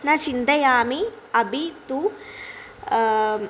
न चिन्तयामि अपि तु